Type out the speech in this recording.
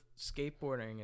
skateboarding